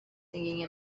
singing